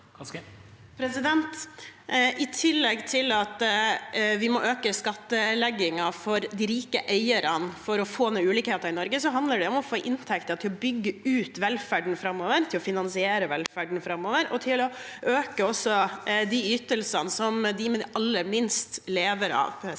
I tillegg til at vi må øke skattleggingen for de rike eierne for å få ned ulikhetene i Norge, handler det om å få inntekter til å bygge ut velferden framover, til å finansiere velferden framover og til å øke også de ytelsene som de med aller minst lever av.